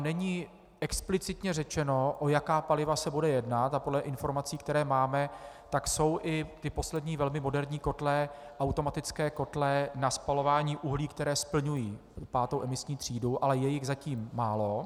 Není tam explicitně řečeno, o jaká paliva se bude jednat, a podle informací, které máme, tak jsou i ty poslední velmi moderní kotle, automatické kotle na spalování uhlí, které splňují pátou emisní třídu, ale je jich zatím málo.